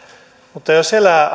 mutta jos elää